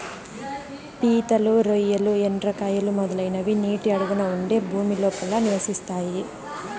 పీతలు, రొయ్యలు, ఎండ్రకాయలు, మొదలైనవి నీటి అడుగున ఉండే భూమి లోపల నివసిస్తాయి